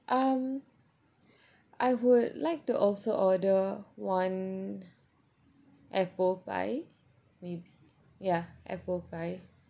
um I would like to also order one apple pie maybe yeah apple pie